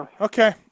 Okay